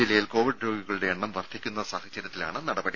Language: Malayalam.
ജില്ലയിൽ കോവിഡ് രോഗികളുടെ എണ്ണം വർദ്ധിക്കുന്ന സാഹചര്യത്തിലാണ് നടപടി